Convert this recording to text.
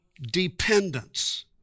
dependence